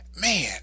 man